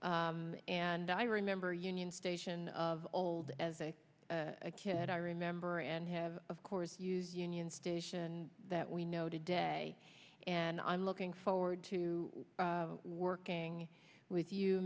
amen and i remember union station of old as a kid i remember and have of course use union station that we know today and i'm looking forward to working with you